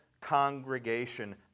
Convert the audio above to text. congregation